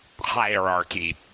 Hierarchy